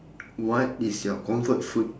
what is your comfort food